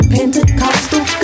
Pentecostal